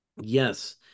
yes